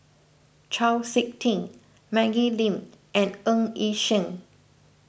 Chau Sik Ting Maggie Lim and Ng Yi Sheng